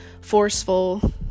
forceful